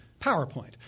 PowerPoint